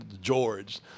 George